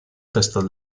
testa